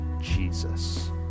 Jesus